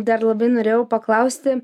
dar labai norėjau paklausti